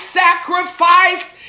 sacrificed